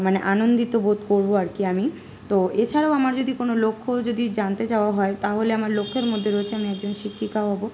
মানে আনন্দিত বোধ করব আর কি আমি তো এছাড়াও আমার যদি কোনো লক্ষ্য যদি জানতে চাওয়া হয় তাহলে আমার লক্ষ্যের মধ্যে রয়েছে আমি একজন শিক্ষিকা হব